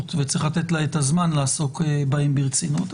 וצריך לתת לה את הזמן לעסוק בהם ברצינות.